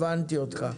הבנתי אותך.